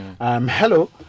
Hello